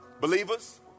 Believers